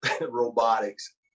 robotics